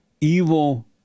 evil